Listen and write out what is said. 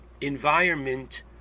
environment